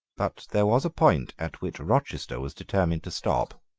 but there was a point at which rochester was determined to stop.